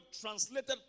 translated